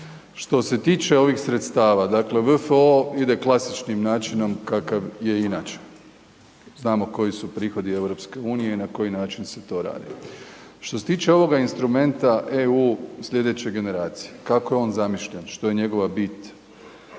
Što se tiče ovih sredstava, dakle VFO ide klasičnim načinom kakav je inače, znamo koji su prihodi EU, na koji način se to radi. Što se tiče ovoga instrumenta EU slijedeće generacije, kako je on zamišljen, što je njegova bit.